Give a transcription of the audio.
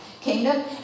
kingdom